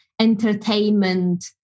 entertainment